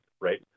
right